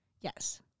Yes